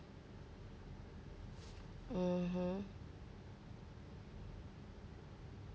mmhmm